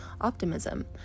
optimism